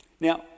Now